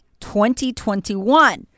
2021